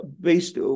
based